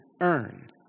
earn